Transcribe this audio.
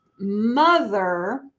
mother